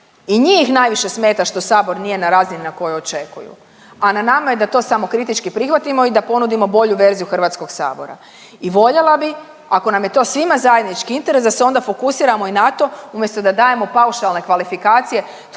i njih najviše smeta što Sabor nije na razini na kojoj očekuju, a na nama je da to samokritički prihvatimo i da ponudimo bolju verziju HS-a i voljela bih, ako nam je to svima zajednički interes, da se onda fokusiramo i na to, umjesto da dajemo paušalne kvalifikacije tko